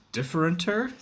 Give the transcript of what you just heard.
differenter